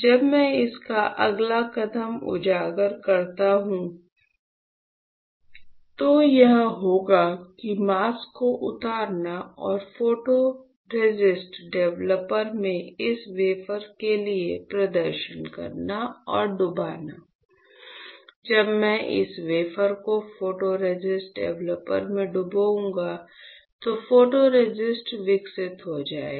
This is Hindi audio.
जब मैं इसका अगला कदम उजागर करता हूं तो यह होगा कि मास्क को उतारना और फोटोरेसिस्ट डेवलपर में इस वेफर के लिए प्रदर्शन करना और डुबाना जब मैं इस वेफर को फोटोरेसिस्ट डेवलपर में डुबाऊंगा तो फोटोरेसिस्ट विकसित हो जाएगा